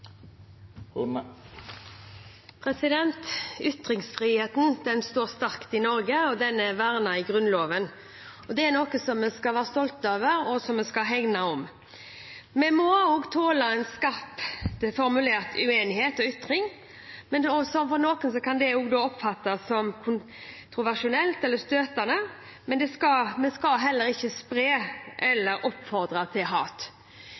Ytringsfriheten står sterkt i Norge, og den er vernet i Grunnloven. Det er noe vi skal være stolte over og hegne om. Vi må tåle en skarpt formulert uenighet og ytring som for noen kan oppfattes som støtende, men vi skal ikke spre eller oppfordre til hat. Hatefulle ytringer kan av og til hindre ytringsfriheten. Vi vet at mange, spesielt unge, som